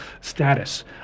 status